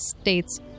states